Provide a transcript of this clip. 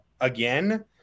again